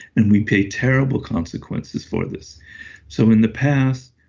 and we pay terrible consequences for this so in the past